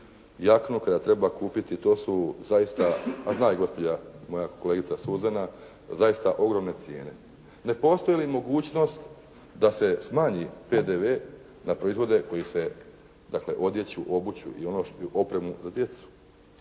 jaknu, kada treba kupiti to su zaista, pa i zna gospođa, moja kolegica Suzana, zaista ogromne cijene. Ne postoji li mogućnost da se smanji PDV na proizvode koji se, dakle na odjeću, obuću i opremu za djecu,